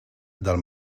del